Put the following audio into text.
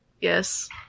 Yes